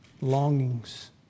longings